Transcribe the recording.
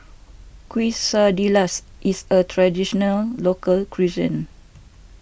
Quesadillas is a Traditional Local Cuisine